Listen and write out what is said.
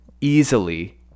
easily